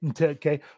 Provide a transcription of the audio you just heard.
Okay